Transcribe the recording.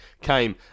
came